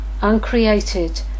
uncreated